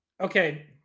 okay